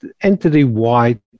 entity-wide